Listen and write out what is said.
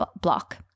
block